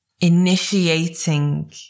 initiating